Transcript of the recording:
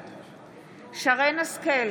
בעד שרן מרים השכל,